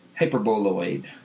hyperboloid